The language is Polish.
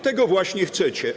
Tego właśnie chcecie.